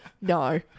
No